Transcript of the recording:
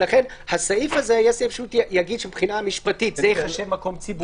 לכן הסעיף הזה יהיה סעיף שיגיד שמבחינה משפטית זה ייחשב מקום ציבורי,